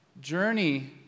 journey